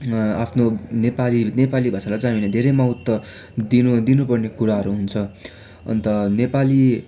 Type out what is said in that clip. आफ्नो नेपाली नेपाली भाषालाई चाहिँ हामीले धेरै महत्त्व दिनु दिनु पर्ने कुराहरू हुन्छ अन्त नेपाली